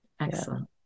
excellent